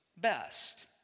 best